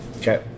okay